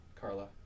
Carla